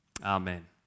Amen